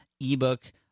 ebook